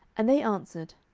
and they answered,